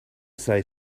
say